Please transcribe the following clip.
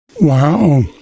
Wow